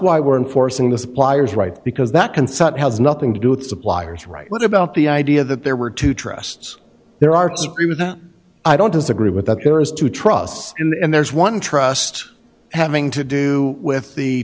why we're enforcing the suppliers right because that consent has nothing to do with suppliers right what about the idea that there were two trusts there are two that i don't disagree with that there is to trust and there's one trust having to do with the